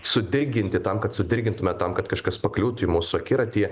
sudirginti tam kad sudirgintume tam kad kažkas pakliūtų į mūsų akiratį